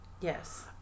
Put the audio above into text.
yes